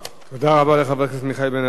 תודה רבה לחבר הכנסת מיכאל בן-ארי.